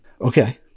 Okay